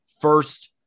First